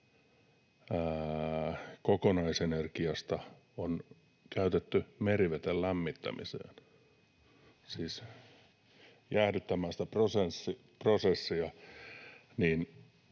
kokonaisenergiasta on käytetty meriveden lämmittämiseen — siis jäähdyttämään sitä prosessia